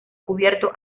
cubierto